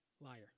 liar